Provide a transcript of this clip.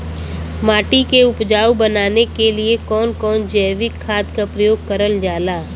माटी के उपजाऊ बनाने के लिए कौन कौन जैविक खाद का प्रयोग करल जाला?